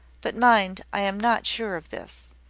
but mind, i am not sure of this.